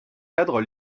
cadre